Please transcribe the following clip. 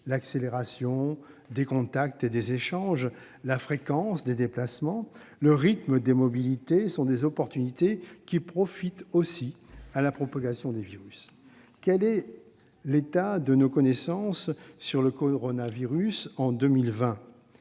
l'accélération des contacts et des échanges, la fréquence des déplacements, le rythme croissant des mobilités sont des chances, mais ils favorisent aussi la propagation des virus. Quel est l'état des connaissances sur le coronavirus en 2020 ?